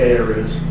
areas